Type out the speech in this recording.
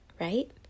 right